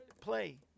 play